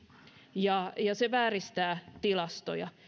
ja ja se vääristää tilastoja